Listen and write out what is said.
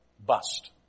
Bust